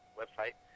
website